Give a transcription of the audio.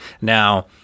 Now